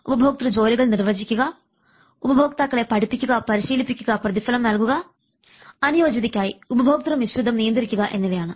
ഉപഭോക്തൃ ജോലികൾ നിർവചിക്കുക ഉപഭോക്താക്കളെ പഠിപ്പിക്കുക പരിശീലിപ്പിക്കുക പ്രതിഫലം നൽകുക അനുയോജ്യതയ്ക്കായി ഉപഭോക്തൃ മിശ്രിതം നിയന്ത്രിക്കുക എന്നിവയാണ്